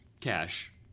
cash